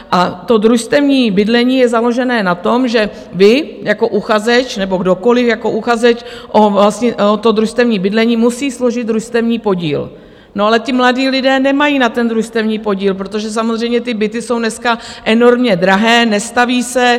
A družstevní bydlení je založené na tom, že vy jako uchazeč nebo kdokoliv jako uchazeč o družstevní bydlení musí složit družstevní podíl, ale mladí lidé nemají na ten družstevní podíl, protože samozřejmě byty jsou dneska enormně drahé, nestaví se.